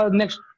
next